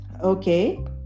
Okay